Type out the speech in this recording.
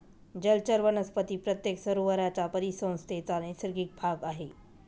जलचर वनस्पती प्रत्येक सरोवराच्या परिसंस्थेचा नैसर्गिक भाग आहेत